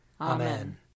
Amen